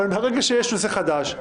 אבל ברגע שיש נושא חדש,